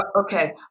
Okay